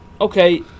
okay